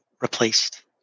replaced